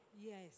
Yes